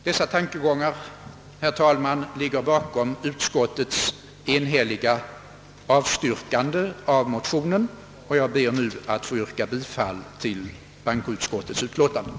Dessa tankegångar, herr talman, ligger bakom utskottets enhälliga avstyrkande av mo tionen, och jag ber nu att få yrka bifall till bankoutskottets hemställan.